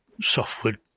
softwood